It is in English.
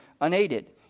unaided